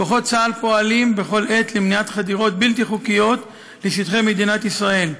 כוחות צה"ל פועלים בכל עת למניעת חדירות בלתי חוקיות לשטחי מדינת ישראל.